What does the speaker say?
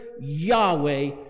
Yahweh